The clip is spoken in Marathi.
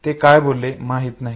ते काय बोलले माहित नाही